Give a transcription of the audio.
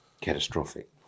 Catastrophic